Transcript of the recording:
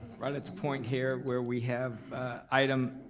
right at the point here where we have item